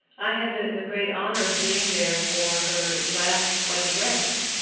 i had the the great honor of being there for her last twenty breaths.